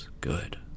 Good